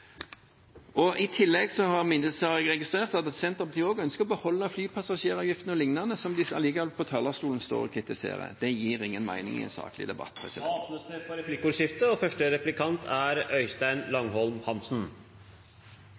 sett. I tillegg har jeg registrert at Senterpartiet også ønsker å beholde flypassasjeravgiften og lignende, som de likevel står på talerstolen og kritiserer. Det gir ingen mening i en saklig debatt. Det blir replikkordskifte. Det er